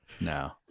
No